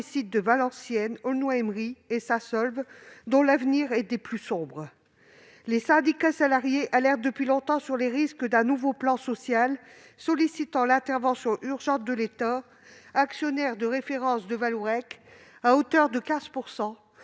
de Valenciennes, Aulnoye-Aymeries et Saint-Saulve est des plus sombres. Les syndicats salariés alertent depuis longtemps sur les risques d'un nouveau plan social, et sollicitent l'intervention urgente de l'État, actionnaire de référence de Vallourec, à hauteur de 15 %,